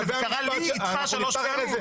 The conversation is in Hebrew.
שזה קרה לי איתך שלוש פעמים.